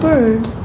Bird